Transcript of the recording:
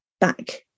back